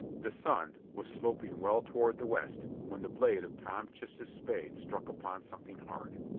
the sun was sloping well toward the west when the blade of tom chist's spade struck upon something hard.